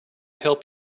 help